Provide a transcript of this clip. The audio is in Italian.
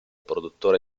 produttore